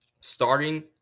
starting